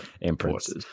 imprints